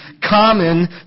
common